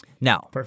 Now